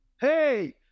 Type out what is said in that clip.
Hey